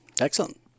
Excellent